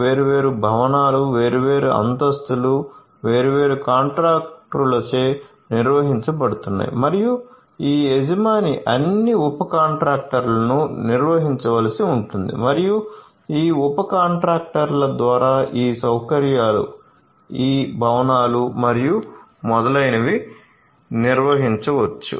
వేర్వేరు భవనాలు వేర్వేరు అంతస్తులు వేర్వేరు కాంట్రాక్టులచే నిర్వహించబడుతున్నాయి మరియు ఈ యజమాని అన్ని ఉప కాంట్రాక్టర్లను నిర్వహించవలసి ఉంటుంది మరియు ఈ ఉప కాంట్రాక్టర్ల ద్వారా ఈ సౌకర్యాలు ఈ భవనాలు మరియు మొదలైనవి నిర్వహించవచ్చు